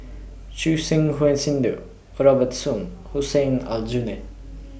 Choor Singh Sidhu Robert Soon Hussein Aljunied